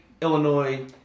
Illinois –